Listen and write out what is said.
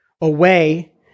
away